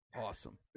Awesome